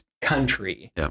country